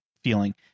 feeling